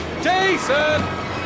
Jason